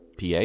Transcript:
PA